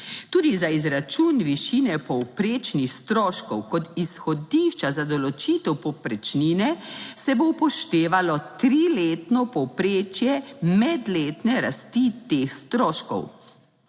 Tudi za izračun višine povprečnih stroškov, kot izhodišča za določitev povprečnine, se bo upoštevalo triletno povprečje medletne rasti teh stroškov.